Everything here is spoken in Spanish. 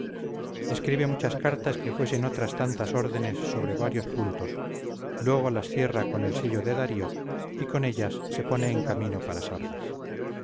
escribe muchas cartas que fuesen otras tantas órdenes sobre varios puntos luego las cierra con el sello de darío y con ellas se pone en camino para sardes